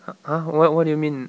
!huh! !huh! what what do you mean